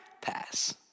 pass